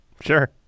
Sure